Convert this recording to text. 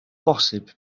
bosib